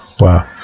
Wow